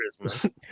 christmas